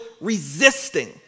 resisting